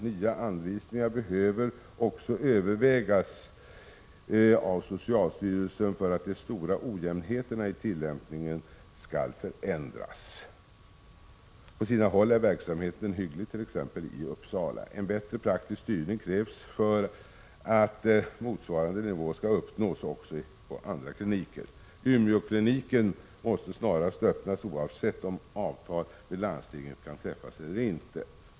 Nya anvisningar behöver också övervägas av socialstyrelsen för att de stora ojämnheterna i tillämpningen skall kunna förändras. På sina håll är verksamheten hygglig, t.ex. i Uppsala. En bättre praktisk styrning krävs för att motsvarande nivå skall uppnås också på andra kliniker. Umeåkliniken måste snarast öppnas, oavsett om avtal med landstinget kan träffas eller inte.